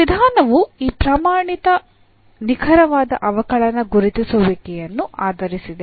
ಈ ವಿಧಾನವು ಈ ಪ್ರಮಾಣಿತ ನಿಖರವಾದ ಅವಕಲನ ಗುರುತಿಸುವಿಕೆಯನ್ನು ಆಧರಿಸಿದೆ